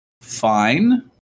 fine